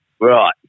Right